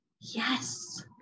Yes